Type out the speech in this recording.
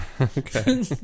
okay